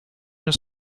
this